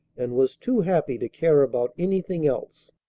and was too happy to care about anything else.